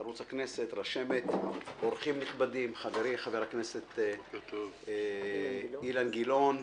ערוץ הכנסת, רשמת, חברי חבר הכנסת אילן גילאון,